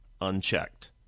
unchecked